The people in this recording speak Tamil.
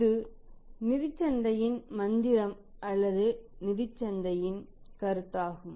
இது நிதிச் சந்தையின் மந்திரம் அல்லது நிதிச் சந்தையின் கருத்தாகும்